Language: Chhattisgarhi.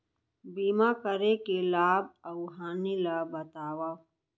बीमा करे के लाभ अऊ हानि ला बतावव